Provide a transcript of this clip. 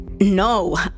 No